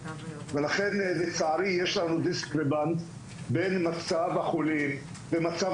ולכן לצערי יש לנו --- בין מצב החולים ומצב